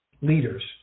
leaders